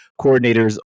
coordinators